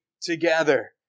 together